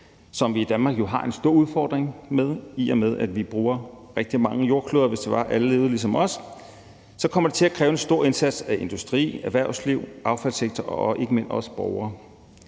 som vi i Danmark jo har en stor udfordring med, i og med at vi ville bruge rigtig mange jordkloder, hvis alle levede ligesom os, kommer det til at kræve en stor indsats af industri, erhvervsliv, affaldssektor og ikke mindst os borgere.